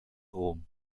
rom